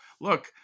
Look